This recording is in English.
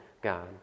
God